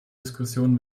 diskussionen